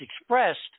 expressed